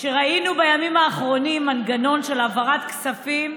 שראינו בימים האחרונים מנגנון של העברת כספים,